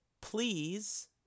please